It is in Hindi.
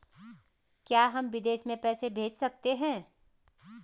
क्या हम विदेश में पैसे भेज सकते हैं?